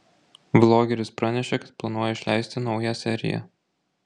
vlogeris pranešė kad planuoja išleisti naują seriją